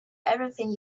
everything